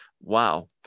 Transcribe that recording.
Wow